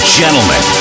gentlemen